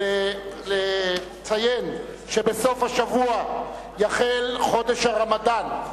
לציין שבסוף השבוע יחל חודש הרמדאן,